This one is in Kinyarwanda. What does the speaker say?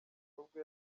nubwo